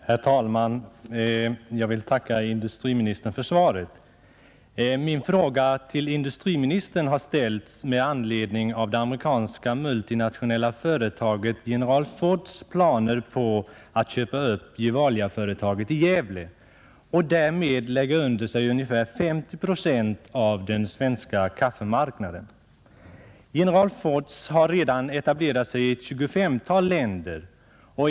Herr talman! Jag vill tacka industriministern för svaret. Jag har ställt denna fråga till industriministern med anledning av det amerikanska multinationella företaget General Foods planer på att köpa upp Gevaliaföretaget i Gävle och därmed lägga under sig ungefär 50 procent av den svenska kaffemarknaden. General Foods har redan etablerat sig i ett 25-tal länder.